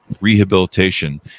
rehabilitation